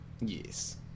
yes